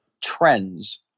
trends